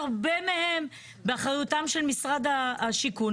שהרבה מהן באחריותו של משרד השיכון,